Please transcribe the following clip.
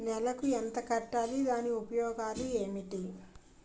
నెలకు ఎంత కట్టాలి? దాని ఉపయోగాలు ఏమిటి?